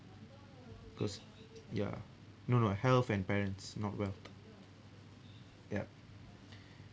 cause ya no no health and parents not wealth yup